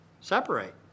separate